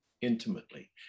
intimately